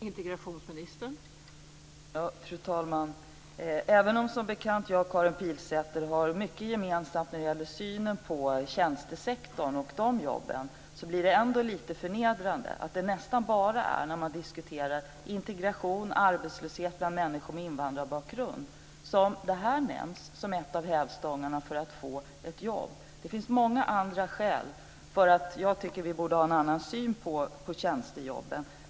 Fru talman! Även om Karin Pilsäter och jag som bekant har mycket gemensamt när det gäller synen på tjänstesektorn och jobben där, blir det ändå lite förnedrande att det är nästan bara när man diskuterar integration och arbetslöshet bland människor med invandrarbakgrund som detta nämns som en hävstång för att få ett jobb. Det finns många andra skäl till att jag tycker att vi borde ha en annan syn på tjänstejobben.